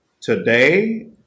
Today